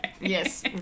Yes